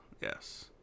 yes